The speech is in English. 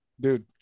dude